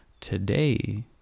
Today